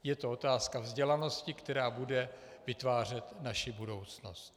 Je to otázka vzdělanosti, která bude vytvářet naši budoucnost.